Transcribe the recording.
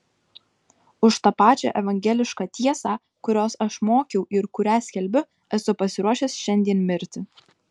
už tą pačią evangelišką tiesą kurios aš mokiau ir kurią skelbiu esu pasiruošęs šiandien mirti